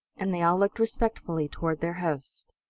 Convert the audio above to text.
and they all looked respectfully toward their host.